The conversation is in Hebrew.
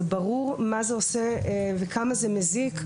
זה ברור מה זה עושה וכמה זה מזיק,